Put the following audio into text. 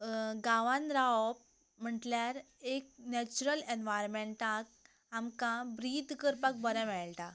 गांवांत रावप म्हणल्यार एक नॅचरल एनवायरोमेंटांत आमकां ब्रीद करपाक बरें मेळटा